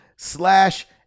slash